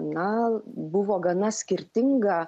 na buvo gana skirtinga